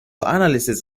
analyses